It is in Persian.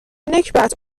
نکبت